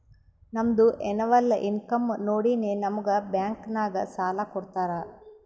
ನಮ್ದು ಎನ್ನವಲ್ ಇನ್ಕಮ್ ನೋಡಿನೇ ನಮುಗ್ ಬ್ಯಾಂಕ್ ನಾಗ್ ಸಾಲ ಕೊಡ್ತಾರ